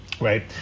Right